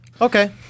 Okay